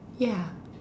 ya